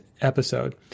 episode